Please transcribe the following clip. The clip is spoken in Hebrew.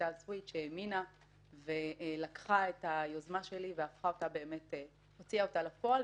רויטל סויד שהאמינה ולקחה את היוזמה שלי והוציאה אותה לפועל.